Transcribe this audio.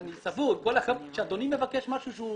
אני סבור עם כל הכבוד שאדוני מבקש משהו שהוא